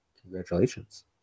Congratulations